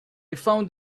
found